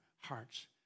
hearts